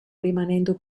rimanendo